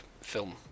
film